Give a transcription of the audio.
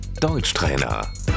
deutschtrainer